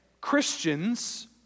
Christians